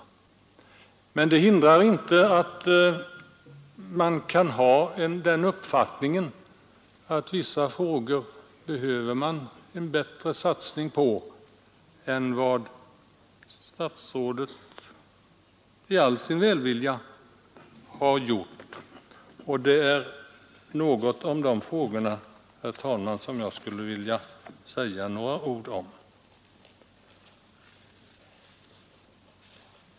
Det hindrar inte att man kan ha den uppfattningen att det behöver göras en större satsning på vissa områden än statsrådet i all sin välvilja har gjort. Det är dessa frågor som jag, herr talman, skulle vilja säga några ord om.